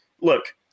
look